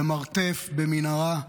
במרתף, במנהרה,